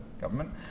government